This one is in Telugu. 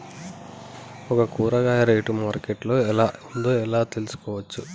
ఒక కూరగాయ రేటు మార్కెట్ లో ఎలా ఉందో ఎలా తెలుసుకోవచ్చు?